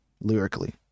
lyrically